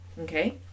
okay